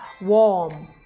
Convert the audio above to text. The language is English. warm